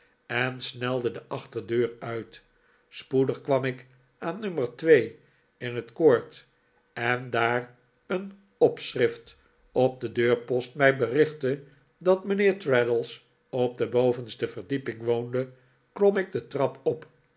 en snelde de achterdeur uit spoedig kwam ik aan nummer twee in het court en daar een op schrift op den deurpost mij berichtte dat mijnheer traddles op de bovenste verdieping woonde klom ik de trap op